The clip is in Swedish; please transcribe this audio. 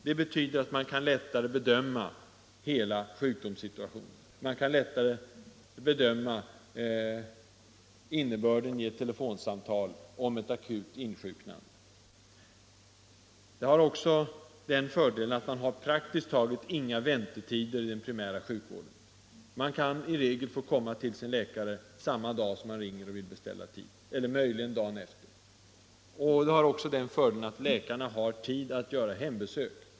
Det betyder att läkaren lättare kan bedöma hela sjukdomsbilden, och han kan lättare ta ställning till t.ex. ett telefonsamtal vid ett akut insjuknande. Systemet innebär också att man praktiskt taget inte har några väntetider i den primära sjukvården. Man kan i regel få komma till sin läkare samma dag som man ringer och vill bestämma tid, möjligen dagen efter. Vidare har läkaren tid att göra hembesök.